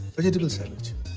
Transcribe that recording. vegetable sandwiches!